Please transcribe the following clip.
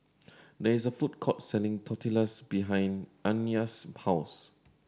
there is a food court selling Tortillas behind Anaya's house